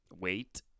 wait